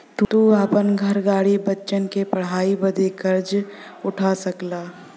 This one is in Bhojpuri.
तू आपन घर, गाड़ी, बच्चन के पढ़ाई बदे कर्जा उठा सकला